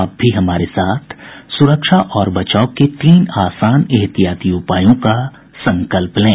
आप भी हमारे साथ सुरक्षा और बचाव के तीन आसान एहतियाती उपायों का संकल्प लें